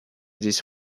this